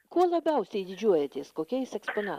kuo labiausiai didžiuojatės kokias ekspona